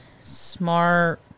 smart